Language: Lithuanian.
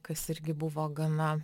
kas irgi buvo gana